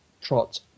Trot